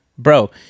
Bro